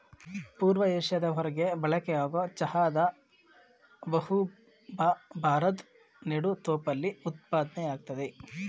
ಪೂರ್ವ ಏಷ್ಯಾದ ಹೊರ್ಗೆ ಬಳಕೆಯಾಗೊ ಚಹಾದ ಬಹುಭಾ ಭಾರದ್ ನೆಡುತೋಪಲ್ಲಿ ಉತ್ಪಾದ್ನೆ ಆಗ್ತದೆ